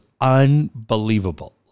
unbelievable